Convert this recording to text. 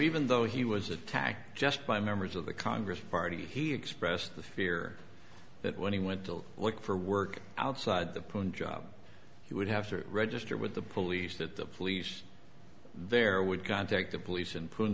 even though he was attacked just by members of the congress party he expressed the fear that when he went to look for work outside the punjab he would have to register with the police that the police there would contact the police and put in